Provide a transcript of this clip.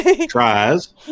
Tries